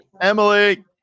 Emily